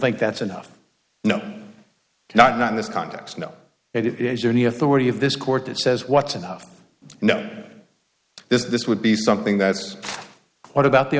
think that's enough no not not in this context no it is there any authority of this court that says what's enough no this would be something that's quite about the